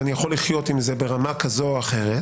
ואני יכול לחיות עם זה ברמה כזו או אחרת,